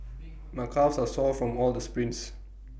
my calves are sore from all the sprints